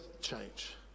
change